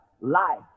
life